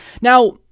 Now